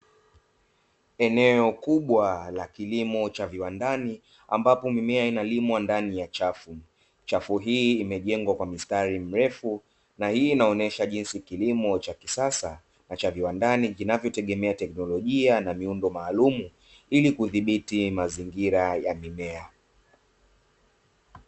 Eneo kubwa la kilimo cha viwandani ambapo mimea inalimwa ndani ya chafu. Chafu hii imejengwa kwa mistari mrefu, na hii inaonyesha jinsi kilimo cha kisasa na cha viwandani kinavyotegemea teknolojia na miundo maalumu, ili kudhibiti mazingira ya mimea.